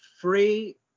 free